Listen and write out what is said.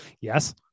Yes